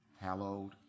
hallowed